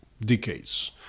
decades